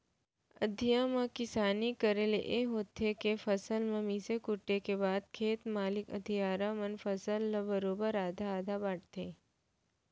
अधिया म किसानी करे ले होथे ए के फसल ल मिसे कूटे के बाद खेत मालिक अधियारा मन फसल ल ल बरोबर आधा आधा बांटथें